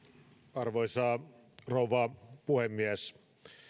arvoisa rouva puhemies